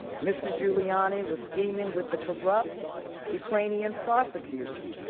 mr. giuliani was scheming with the corrupt ukrainian prosecutor,